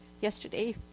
yesterday